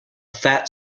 fat